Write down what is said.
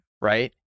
Right